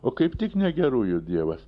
o kaip tik negerųjų dievas